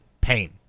pain